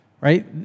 right